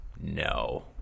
no